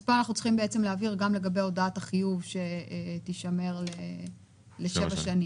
פה אנחנו צריכים להבהיר גם לגבי הודעת החיוב שתישמר לשבע שנים.